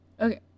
okay